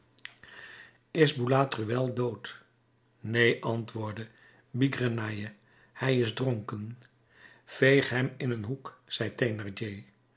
is boulatruelle dood neen antwoordde bigrenaille hij is dronken veeg hem in een hoek zei